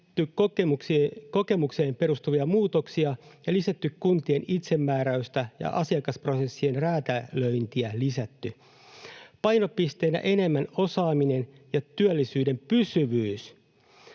kokemukseen perustuvia muutoksia ja lisätty kuntien itsemääräystä ja asiakasprosessien räätälöintiä, painopisteenä enemmän osaaminen ja työllisyyden pysyvyys.